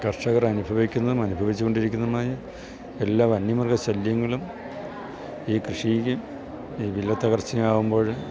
കർഷകരനുഭവിക്കുന്നതും അനുഭവിച്ചു കൊണ്ടിരിക്കുന്നതുമായ എല്ലാ വന്യമൃഗ ശല്യങ്ങളും ഈ കൃഷിക്ക് ഈ വിലത്തകർച്ചയാകുമ്പോൾ